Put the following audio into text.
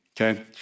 okay